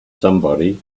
somebody